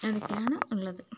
അതൊക്കെയാണ് ഉള്ളത്